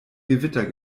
gewitter